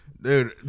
Dude